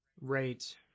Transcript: Right